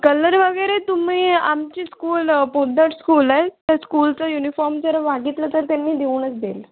colour वगैरे तुम्ही आमची स्कूल पोद्दार स्कूल आहे तर स्कूलचा युनिफॉर्म जर मागितला तर त्यांनी देऊनच देईल